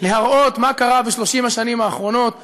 להראות מה קרה ב-30 שנים האחרונות לבית-המשפט,